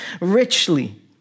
richly